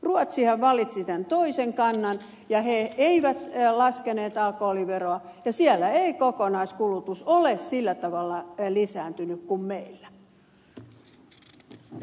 ruotsihan valitsi toisen kannan siellä ei laskettu alkoholiveroa ja siellä ei kokonaiskulutus ole sillä tavalla lisääntynyt kuin meillä